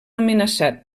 amenaçat